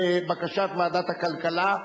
לבקשת ועדת הכלכלה.